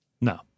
No